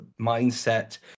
mindset